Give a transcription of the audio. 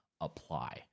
apply